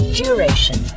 duration